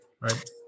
Right